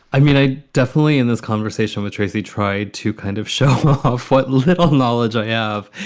i mean, i definitely in this conversation with tracy, tried to kind of show off what little knowledge i have.